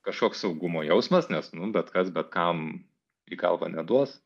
kažkoks saugumo jausmas nes nu bet kas bet kam į galvą neduos